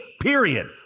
period